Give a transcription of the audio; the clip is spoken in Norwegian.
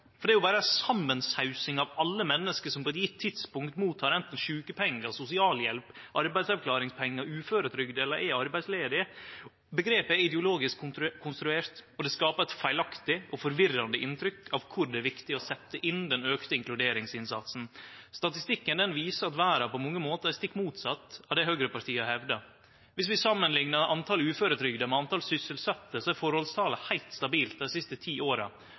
er berre ei samansausing av alle menneske som på eit gjeve tidspunkt mottek anten sjukepengar, sosialhjelp, arbeidsavklaringspengar og uføretrygd eller er arbeidsledige. Omgrepet er ideologisk konstruert, og det skapar eit feilaktig og forvirrande inntrykk av kor det er viktig å setje inn den auka inkluderingsinnsatsen. Statistikken viser at verda på mange måtar er stikk motsett av det høgrepartia hevdar. Viss vi samanliknar talet på uføretrygda med talet på sysselsette, er forholdstalet heilt stabilt dei siste ti åra.